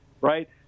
Right